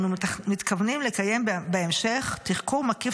אנו מתכוונים לקיים בהמשך תחקור מקיף